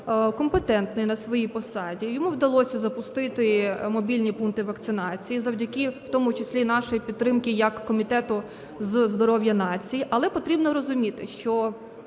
компетентний на своїй посаді. Йому вдалося запустити мобільні пункти вакцинації, завдяки в тому числі і нашій підтримці як Комітету здоров'я нації. Але потрібно розуміти, що